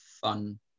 fun